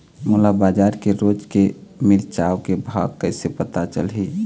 मोला बजार के रोज के मिरचा के भाव कइसे पता चलही?